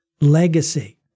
legacy